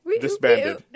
disbanded